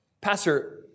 Pastor